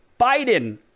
Biden